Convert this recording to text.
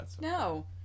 No